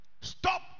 Stop